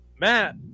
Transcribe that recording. Matt